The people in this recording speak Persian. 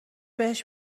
بهش